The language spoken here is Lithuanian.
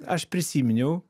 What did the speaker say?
aš prisiminiau